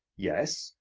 yes,